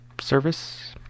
service